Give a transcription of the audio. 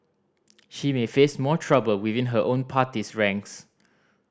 she may face more trouble within her own party's ranks